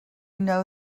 know